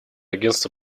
агентства